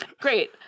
great